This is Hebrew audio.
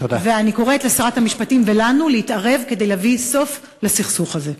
אני קוראת לשרת המשפטים ולנו להתערב כדי להביא סוף לסכסוך הזה.